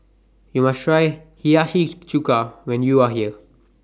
YOU must Try Hiyashi Chuka when YOU Are here